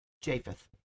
Japheth